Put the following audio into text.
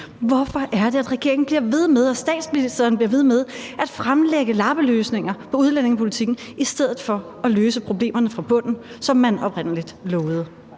og statsministeren bliver ved med at fremlægge lappeløsninger på udlændingepolitikken i stedet for at løse problemerne fra bunden, som man oprindelig lovede?